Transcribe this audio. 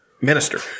minister